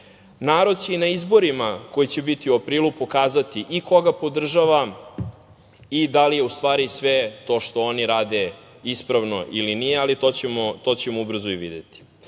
narod. Narod će i na izborima koji će biti u aprilu pokazati i koga podržava i da li u stvari sve to što oni rade je ispravno ili nije, ali to ćemo ubrzo i videti. Mi